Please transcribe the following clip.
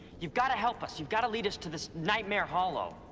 you've gotta help us. you've gotta lead us to this nightmare hollow.